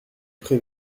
pré